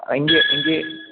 എങ്കിൽ എങ്കിൽ